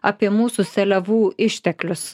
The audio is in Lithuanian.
apie mūsų seliavų išteklius